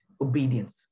obedience